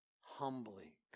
Humbly